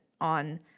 on